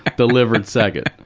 ah delivered second.